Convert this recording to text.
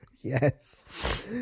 Yes